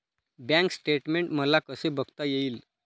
Bank statement मला कसे बघता येईल?